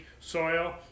soil